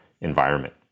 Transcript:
environment